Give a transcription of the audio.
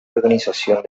organización